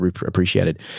appreciated